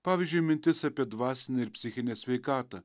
pavyzdžiui mintis apie dvasinę ir psichinę sveikatą